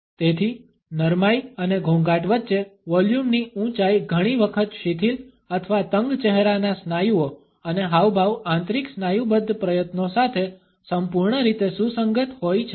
તેથી નરમાઈ અને ઘોંઘાટ વચ્ચે વોલ્યુમની ઊંચાઈ ઘણી વખત શિથિલ અથવા તંગ ચહેરાના સ્નાયુઓ અને હાવભાવ આંતરિક સ્નાયુબદ્ધ પ્રયત્નો સાથે સંપૂર્ણ રીતે સુસંગત હોય છે